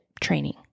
training